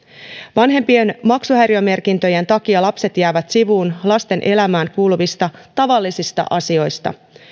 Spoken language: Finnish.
vanhempien maksuhäiriömerkintöjen takia lapset jäävät sivuun lasten elämään kuuluvista tavallisista asioista